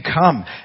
come